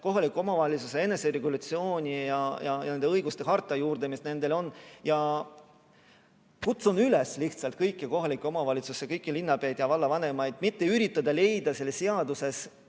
kohaliku omavalitsuse eneseregulatsiooni ja nende õiguste harta juurde, mis neil on. Kutsun lihtsalt üles kõiki kohalikke omavalitsusi, kõiki linnapäid ja vallavanemaid mitte üritama leida seadusest